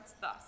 thus